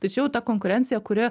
tai čia jau ta konkurencija kuri